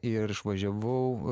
ir išvažiavau